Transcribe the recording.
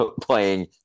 playing